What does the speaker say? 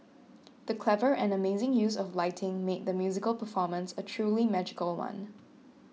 the clever and amazing use of lighting made the musical performance a truly magical one